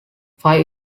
five